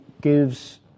gives